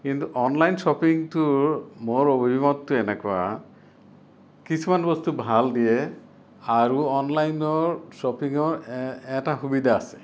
কিন্তু অনলাইন শ্বপিংটোৰ মোৰ অভিমতটো এনেকুৱা কিছুমান বস্তু ভাল দিয়ে আৰু অনলাইনৰ শ্বপিংৰ এটা সুবিধা আছে